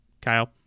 Kyle